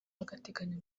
w’agateganyo